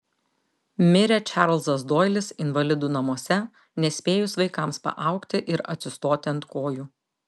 mirė čarlzas doilis invalidų namuose nespėjus vaikams paaugti ir atsistoti ant kojų